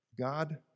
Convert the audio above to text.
God